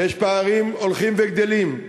ויש פערים הולכים וגדלים,